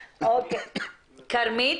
כרמית,